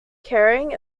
caring